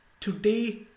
today